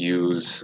use